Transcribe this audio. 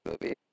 movie